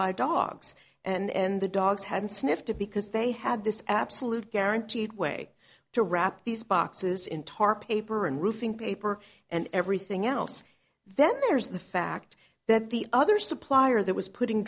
dogs and the dogs had sniffed it because they had this absolute guaranteed way to wrap these boxes in tar paper and roofing paper and everything else then there's the fact that the other supplier that was putting